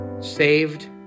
Saved